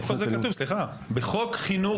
סליחה, איפה זה כתוב?